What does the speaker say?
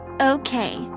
okay